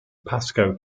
pasco